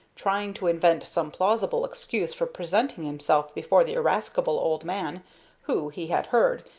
trying to invent some plausible excuse for presenting himself before the irascible old man who, he had heard,